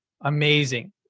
amazing